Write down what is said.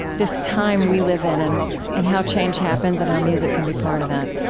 this time we live in, and and how change happens, and how music can be part of that.